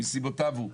מסיבותיו הוא.